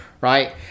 right